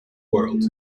world